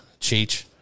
Cheech